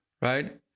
right